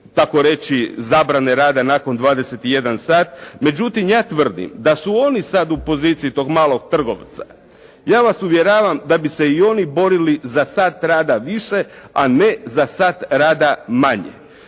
takoreći zabrane rada nakon 21 sat, međutim ja tvrdim da su oni sada u poziciji tog malog trgovca ja vas uvjeravam da bi se i oni borili za sat rada više, a ne za sat rada manje.